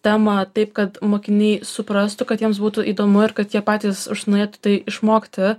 temą taip kad mokiniai suprastų kad jiems būtų įdomu ir kad jie patys užsinorėtų tai išmokti